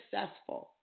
successful